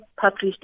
published